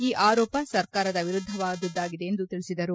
ಈ ಆರೋಪ ಸರ್ಕಾರದ ವಿರುದ್ದವಾದುದಾಗಿದೆ ಎಂದು ತಿಳಿಸಿದರು